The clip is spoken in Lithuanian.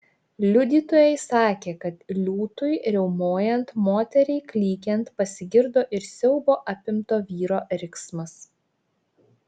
liudytojai sakė kad liūtui riaumojant moteriai klykiant pasigirdo ir siaubo apimto vyro riksmas